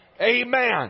Amen